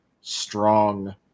strong